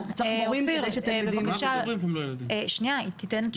אופיר, בבקשה, היא תתן תשובות.